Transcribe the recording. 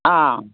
ꯑꯥ